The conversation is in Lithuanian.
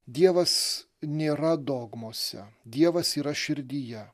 dievas nėra dogmose dievas yra širdyje